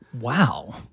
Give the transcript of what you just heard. Wow